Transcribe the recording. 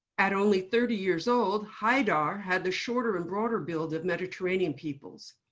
at only thirty years old, haidar had the shorter and broader build of mediterranean peoples.